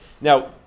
Now